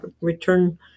Return